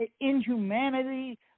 inhumanity